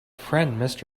friend